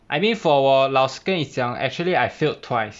I mean for 我老实跟你讲 actually I failed twice